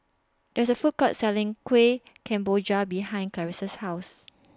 There IS A Food Court Selling Kueh Kemboja behind Clarisa's House